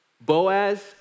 Boaz